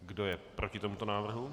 Kdo je proti tomuto návrhu?